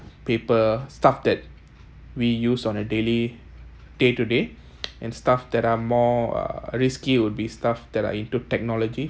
paper stuff that we use on a daily day to day and stuff that are more uh risky would be stuff that are into technology